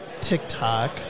TikTok